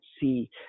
see